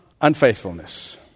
unfaithfulness